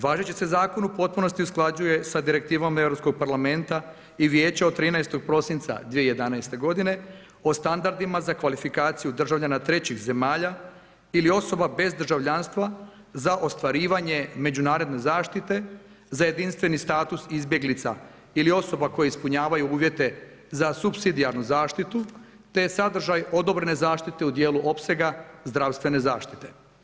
Važeći se zakon u potpunosti usklađuje sa Direktivom Europskog parlamenta i Vijeća od 13. prosinca 2011. godine o standardima za kvalifikaciju državljana trećih zemalja ili osoba bez državljanstva za ostvarivanje međunarodne zaštite za jedinstveni status izbjeglica ili osoba koje ispunjavaju uvjete za supsidijarnu zaštitu, te je sadržaj odobrene zaštite u dijelu opsega zdravstvene zaštite.